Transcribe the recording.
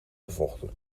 gevochten